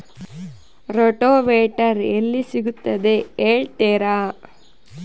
Rotavator ಎಲ್ಲಿ ಸಿಗುತ್ತದೆ ಹೇಳ್ತೇರಾ?